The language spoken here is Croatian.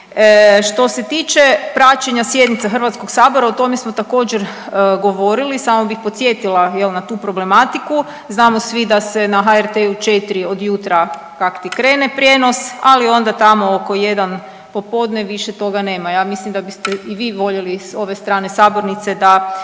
Što se tiče praćenja sjednica Hrvatskog sabora o tome smo također govorili samo bih podsjetila jel na tu problematiku. Znamo svi da se na HRT4 od jutra kakti krene prijenos, ali onda tamo oko 1 popodne više toga nema. Ja mislim da bi ste bi i vi voljeli s ove strane sabornice da